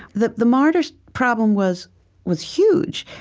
the the martyrs problem was was huge.